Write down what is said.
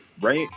right